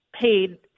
paid